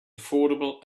affordable